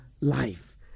life